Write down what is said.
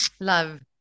Love